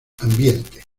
ambientes